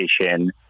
education